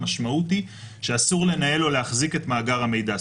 המשמעות היא שאסור לנהל או להחזיק את מאגר המידע,